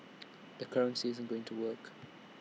the currency isn't going to work